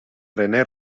rené